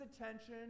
attention